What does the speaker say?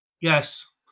Yes